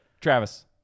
Travis